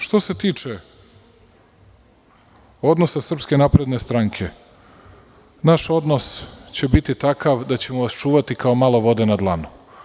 Što se tiče odnosa SNS naš odnos će biti takav da ćemo vas čuvati kao malo vode na dlanu.